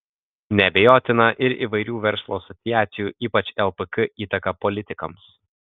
neabejotina ir įvairių verslo asociacijų ypač lpk įtaka politikams